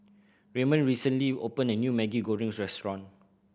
Raymon recently opened a new Maggi Goreng restaurant